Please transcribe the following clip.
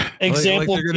example